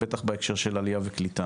בטח בהקשר של עלייה וקליטה.